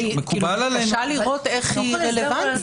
אני מתקשה לראות איך היא רלוונטית.